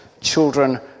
children